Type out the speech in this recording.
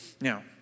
Now